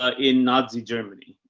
ah in nazi germany.